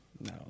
No